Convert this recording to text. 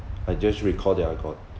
I just recalled that I got